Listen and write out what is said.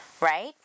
right